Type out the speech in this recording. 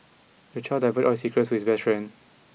the child divulged all his secrets to his best friend